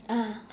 ah